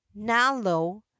Nalo